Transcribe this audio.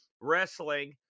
wrestling